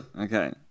okay